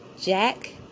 Jack